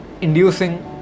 inducing